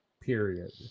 Period